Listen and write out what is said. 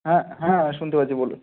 হ্যাঁ হ্যাঁ শুনতে পাচ্ছি বলুন